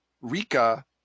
Rika